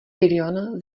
tilion